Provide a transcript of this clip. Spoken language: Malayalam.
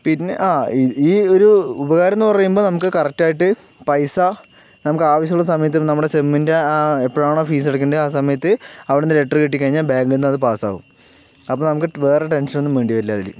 പിന്നെ ആ ഈ ഒരു ഉപകാരം എന്ന് പറയുമ്പോൾ നമുക്ക് കറക്റ്റ് ആയിട്ട് പൈസ നമുക്ക് ആവശ്യമുള്ള സമയത്ത് തന്നെ നമ്മുടെ സെമ്മിൻ്റെ ആ എപ്പോഴാണോ ഫീസ് അടക്കേണ്ടത് ആ സമയത്ത് അവിടുന്ന് ലെറ്റർ കിട്ടിക്കഴിഞ്ഞാൽ ബാങ്കിൽ നിന്ന് അത് പാസാകും അപ്പോൾ നമുക്ക് വേറെ ടെൻഷൻ ഒന്നും വേണ്ടിവരില്ല അതില്